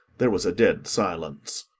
there was a dead silence.